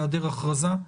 בהיעדר הכרזה.